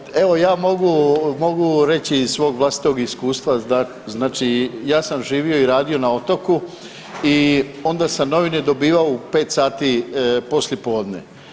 Pa evo ja mogu reći iz vlastitog iskustva, znači ja sam živio i radio na otoku i onda sam novine dobivao u 5 sati poslijepodne.